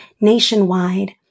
nationwide